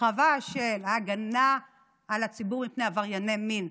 הרחבה של הגנה על הציבור מפני עברייני מין,